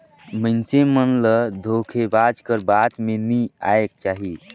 मइनसे मन ल धोखेबाज कर बात में नी आएक चाही